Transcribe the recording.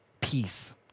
peace